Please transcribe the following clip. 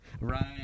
Right